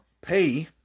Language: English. pay